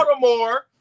Baltimore